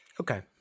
Okay